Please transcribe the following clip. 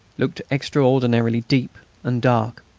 looked extraordinarily deep and dark.